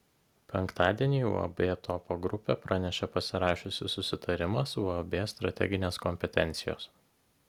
penktadienį uab topo grupė pranešė pasirašiusi susitarimą su uab strateginės kompetencijos